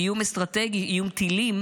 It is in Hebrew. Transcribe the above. איום אסטרטגי, איום טילים,